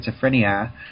schizophrenia